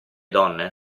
donne